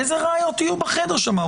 איזה ראיות יהיו בחדר שם?